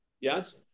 Yes